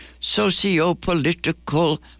sociopolitical